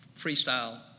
freestyle